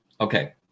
okay